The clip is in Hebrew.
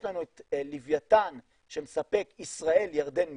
יש לנו את לווייתן שמספק ישראל ירדן מצרים,